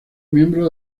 miembro